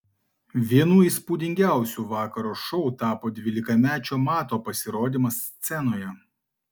vienu įspūdingiausių vakaro šou tapo dvylikamečio mato pasirodymas scenoje